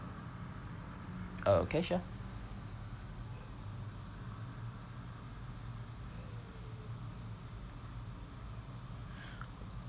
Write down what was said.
oh okay sure